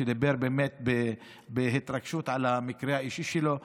שדיבר באמת בהתרגשות על המקרה האישי שלו.